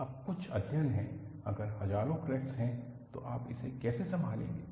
अब कुछ अध्ययन हैं अगर हजारों क्रैक्स हैं तो आप इसे कैसे संभालेगे